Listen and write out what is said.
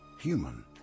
human